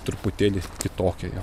truputėlį kitokia jau